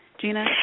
Gina